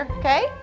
okay